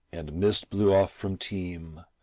and mist blew off from teme,